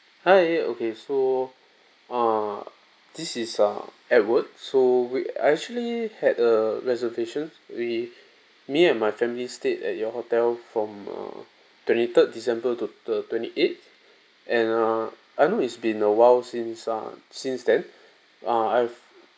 hi okay so uh this is uh edward so we I actually had a reservations we me and my family stayed at your hotel from err twenty third december to the twenty eighth and err I know it's been awhile since uh since then I've